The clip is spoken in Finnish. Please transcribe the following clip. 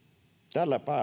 tällä